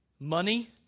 Money